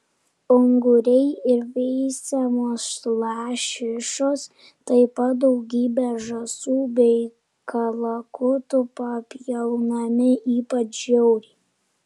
unguriai ir veisiamos lašišos taip pat daugybė žąsų bei kalakutų papjaunami ypač žiauriai